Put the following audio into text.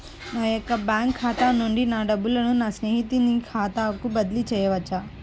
నా యొక్క బ్యాంకు ఖాతా నుండి డబ్బులను నా స్నేహితుని ఖాతాకు బదిలీ చేయవచ్చా?